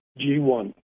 G1